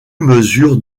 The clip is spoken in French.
mesure